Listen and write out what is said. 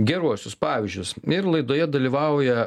geruosius pavyzdžius ir laidoje dalyvauja